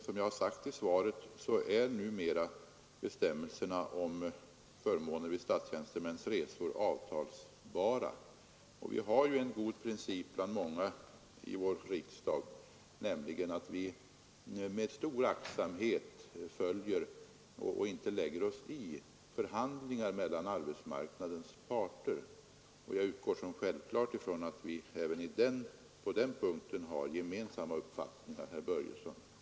Som jag har sagt i svaret är numera bestämmelserna om förmåner vid statstjänstemäns resor avtalsbara. Vi har en god princip bland många i vår riksdag, nämligen att vi med stor aktsamhet följer — och inte lägger oss i — förhandlingar mellan arbetsmarknadens parter. Jag utgår ifrån som självklart att herr Börjesson och jag även på den punkten har gemensamma uppfattningar.